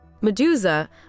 Medusa